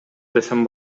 десем